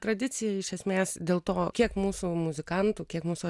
tradicija iš esmės dėl to kiek mūsų muzikantų kiek mūsų